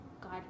God